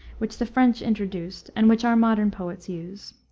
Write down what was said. which the french introduced and which our modern poets use,